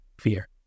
fear